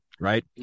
right